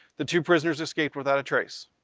the two prisoners escaped without a trace.